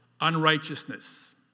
unrighteousness